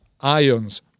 ions